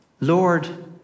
Lord